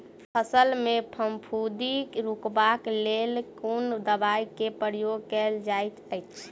फसल मे फफूंदी रुकबाक लेल कुन दवाई केँ प्रयोग कैल जाइत अछि?